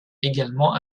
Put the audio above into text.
également